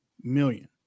million